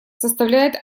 составляет